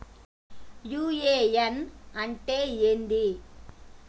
UAN అంటే ఏంది?